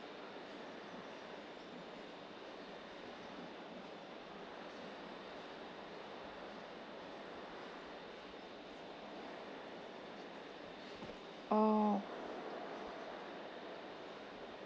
oh